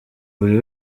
buri